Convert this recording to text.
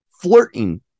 flirting